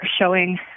showing